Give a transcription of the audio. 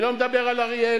אני לא מדבר על אריאל,